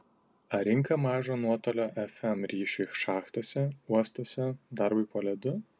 ar rinka mažo nuotolio fm ryšiui šachtose uostuose darbui po ledu